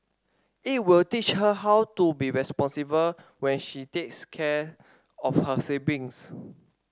it will teach her how to be responsible when she takes care of her siblings